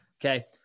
Okay